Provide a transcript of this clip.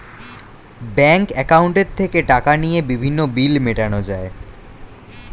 bank অ্যাকাউন্টে থেকে টাকা নিয়ে বিভিন্ন বিল মেটানো যায়